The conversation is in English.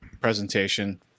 presentation